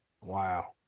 wow